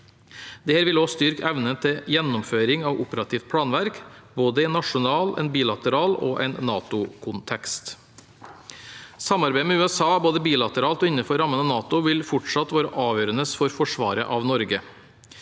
Dette vil også styrke evnen til gjennomføring av operativt planverk, både i nasjonal, i bilateral og i NATO-kontekst. Samarbeidet med USA, både bilateralt og innenfor rammen av NATO, vil fortsatt være avgjørende for forsvaret av Norge.